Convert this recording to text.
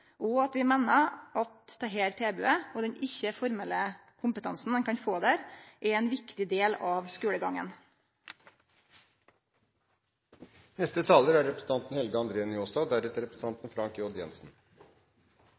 og at vi meiner dette tilbodet og den ikkje-formelle kompetansen ein kan få der, er ein viktig del av